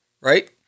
right